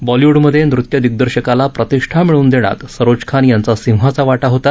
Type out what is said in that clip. Bollywood मधे नत्यदिग्दर्शकाला प्रतिष्ठा मिळवून देण्यात सरोज खान यांचा सिंहाचा वाटा होता